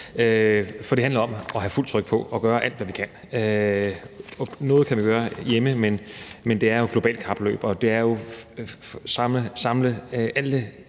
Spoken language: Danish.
for det handler om at have fuldt tryk på og gøre alt, hvad vi kan. Noget kan vi gøre hjemme, men det er jo et globalt kapløb, og det er om at samle alle